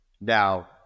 now